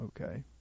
okay